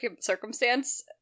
circumstance